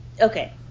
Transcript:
Okay